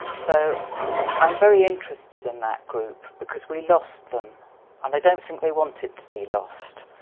so i'm very interested in that group because we lost them and i don't think they wanted to be lost.